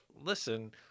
listen